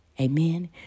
amen